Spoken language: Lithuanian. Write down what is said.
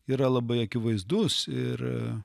yra labai akivaizdus ir